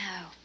No